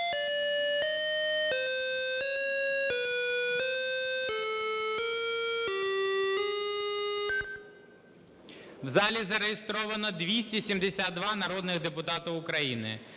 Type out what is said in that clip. У залі зареєстровано 272 народних депутатів України.